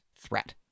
threat